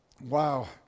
Wow